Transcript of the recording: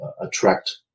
attract